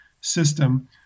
system